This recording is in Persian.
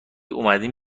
اومدین